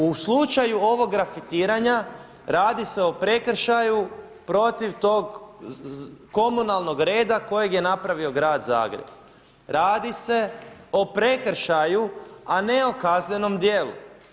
U slučaju ovog grafitiranja radi se o prekršaju protiv tog komunalnog reda kojeg je napravio grad Zagreb, radi se o prekršaju, a ne o kaznenom djelu.